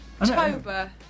October